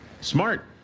Smart